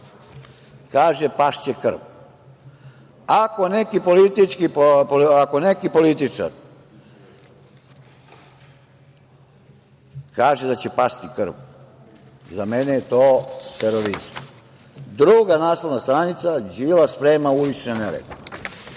kaže: „Pašće krv“. Ako neki političar kaže da će pasti krv, za mene je to terorizam. Druga naslovna stranica: „Đilas sprema ulične nerede“.